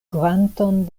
kvanton